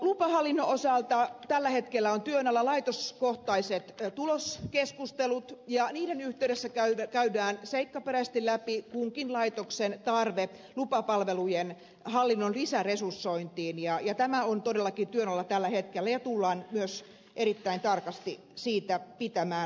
lupahallinnon osalta tällä hetkellä ovat työn alla laitoskohtaiset tuloskeskustelut ja niiden yhteydessä käydään seikkaperäisesti läpi kunkin laitoksen tarve lupapalvelujen hallinnon lisäresursointiin ja tämä on todellakin työn alla tällä hetkellä ja tullaan myös erittäin tarkasti siitä pitämään huolta